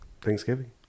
Thanksgiving